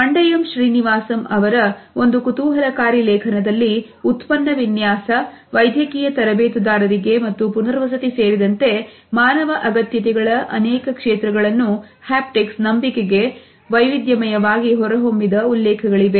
ಮಂಡಯಂ ಶ್ರೀನಿವಾಸನ್ ಅವರ ಒಂದು ಕುತೂಹಲಕಾರಿ ಲೇಖನದಲ್ಲಿ ಉತ್ಪನ್ನ ವಿನ್ಯಾಸ ವೈದ್ಯಕೀಯ ತರಬೇತುದಾರರಿಗೆ ಮತ್ತು ಪುನರ್ವಸತಿ ಸೇರಿದಂತೆ ಮಾನವ ಅಗತ್ಯತೆಗಳ ಅನೇಕ ಕ್ಷೇತ್ರಗಳನ್ನು ಆಪ್ಟಿಕ್ಸ್ ನಂಬಿಕೆಗೆ ವೈವಿಧ್ಯಮಯವಾಗಿ ಹೊರಹೊಮ್ಮಿದ ಉಲ್ಲೇಖಗಳಿವೆ